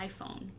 iPhone